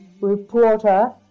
reporter